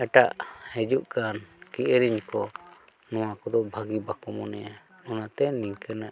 ᱮᱴᱟᱜ ᱦᱤᱡᱩᱜ ᱠᱟᱱ ᱠᱤᱨᱤᱧᱤᱭᱟᱹ ᱠᱚ ᱱᱚᱣᱟ ᱠᱚᱫᱚ ᱵᱷᱟᱹᱜᱮ ᱵᱟᱠᱚ ᱢᱚᱱᱮᱭᱟ ᱚᱱᱟᱛᱮ ᱱᱚᱝᱠᱟᱱᱟᱜ